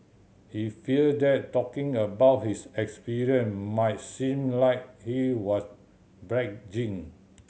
he feared that talking about his experience might seem like he was bragging